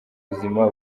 buzima